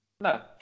No